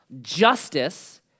Justice